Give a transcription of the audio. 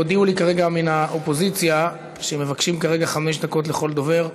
הודיעו לי כרגע מן האופוזיציה שמבקשים כרגע חמש דקות לכל דובר.